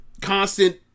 constant